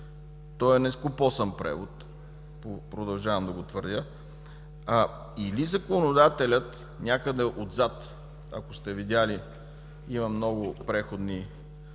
той е нескопосан превод, продължавам да го твърдя, или законодателят някъде отзад, ако сте видели има много преходни